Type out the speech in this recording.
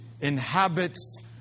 inhabits